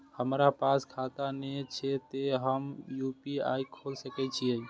हमरा पास खाता ने छे ते हम यू.पी.आई खोल सके छिए?